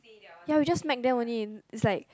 ya we just smack them only it's like